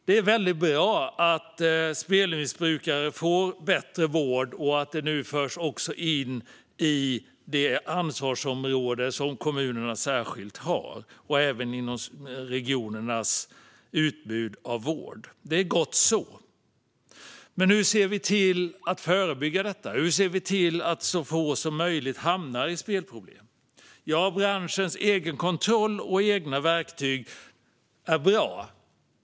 Det är väldigt bra att spelmissbrukare får bättre vård och att spelmissbruk nu också förs in kommunernas särskilda ansvarsområde och även i regionernas utbud av vård. Det är gott så. Men hur ser vi till att förebygga detta? Hur ser vi till att så få som möjligt hamnar i spelproblem? Branschens egen kontroll och egna verktyg är bra.